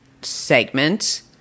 segment